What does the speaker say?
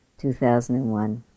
2001